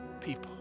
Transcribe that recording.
people